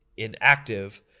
inactive